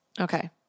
Okay